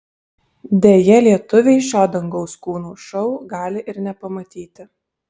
deja lietuviai šio dangaus kūnų šou gali ir nepamatyti